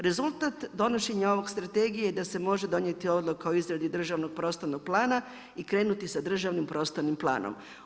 Rezultat donošenje ove strategije da se može donijeti odluka o izradi državnog prostornog plana i krenuti sa državni prostornim planom.